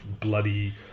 bloody